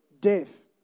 death